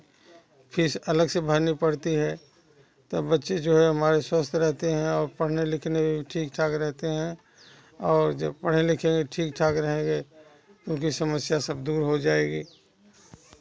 fees अलग से भरनी पड़ती है तब बच्चे जो हैं हमारे स्वस्थ रहते हैं और पढ़ने लिखने में ठीक ठाक रहते हैं और जब पढ़े लिखे ठीक ठाक रहेंगे तो उनकी समस्या सब दूर हो जाएगी